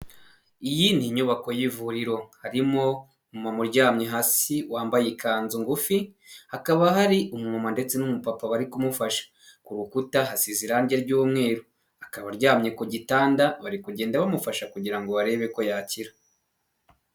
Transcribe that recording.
Iyi ni inyubako y'ivuriro harimo umuntu uryamye hasi wambaye ikanzu ngufi, hakaba hari umumama ndetse n'umupapa bari kumufasha, ku rukuta hasize irangi ry'umweru akaba aryamye ku gitanda bari kugenda bamufasha kugira ngo barebe ko yakira.